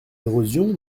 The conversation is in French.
d’érosion